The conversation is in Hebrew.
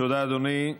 תודה, אדוני.